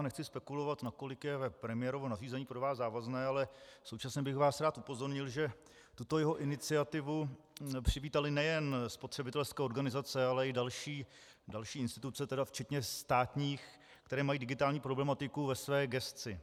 Nechci tedy spekulovat, nakolik je premiérovo nařízení pro vás závazné, ale současně bych vás rád upozornil, že tuto jeho iniciativu přivítaly nejen spotřebitelské organizace, ale i další instituce, včetně státních, které mají digitální problematiku ve své gesci.